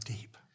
deep